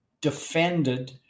defended